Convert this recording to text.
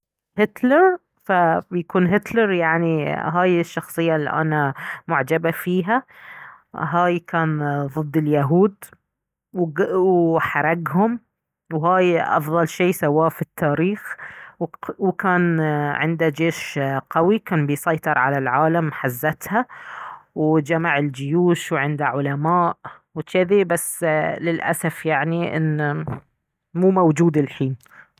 هتلر فبيكون هتلر يعني هاي الشخصية الي انا معجبة فيها هاي كان ضد اليهود وحرقهم وهاي افضل شي سواه في التاريخ وكان عنده جيش قوي كان بيسيطر على العالم حزتها وجمع الجيوش وعنده علماء جذي بس للأسف يعني ان مو موجود الحين